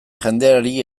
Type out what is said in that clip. jendeari